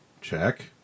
check